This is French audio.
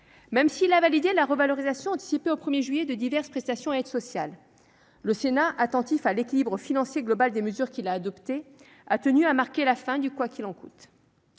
Même s'il a validé la revalorisation anticipée au 1 juillet de diverses prestations et aides sociales, le Sénat, attentif à l'équilibre financier global des mesures qu'il a adoptées, a tenu à marquer la fin du « quoi qu'il en coûte